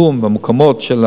המקומות,